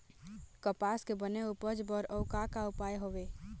कपास के बने उपज बर अउ का का उपाय हवे?